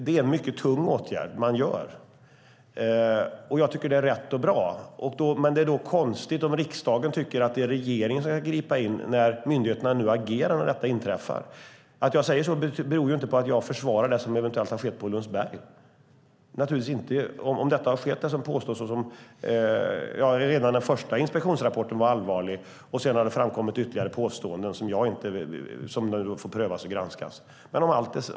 Det är en mycket tung åtgärd man vidtar. Jag tycker att det är rätt och bra. Men det är konstigt om riksdagen tycker att det är regeringen som ska gripa in när myndigheterna nu agerar om detta inträffar. Att jag säger så beror inte på att jag försvarar det som eventuellt har skett på Lundsberg, naturligtvis inte. Redan den första inspektionsrapporten var allvarlig. Sedan har det framkommit ytterligare påståenden som får prövas och granskas.